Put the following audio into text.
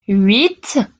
huit